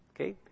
okay